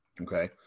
Okay